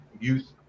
youth